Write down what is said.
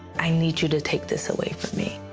i need you to take this away from me.